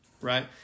right